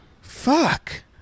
fuck